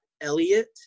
Elliot